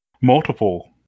Multiple